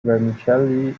vermicelli